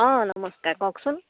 অঁ নমস্কাৰ কওকচোন